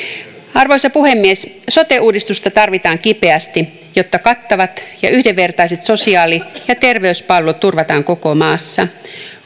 arvoisa puhemies sote uudistusta tarvitaan kipeästi jotta kattavat ja yhdenvertaiset sosiaali ja terveyspalvelut turvataan koko maassa